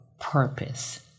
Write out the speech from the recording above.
purpose